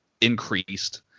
increased